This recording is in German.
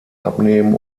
abnehmen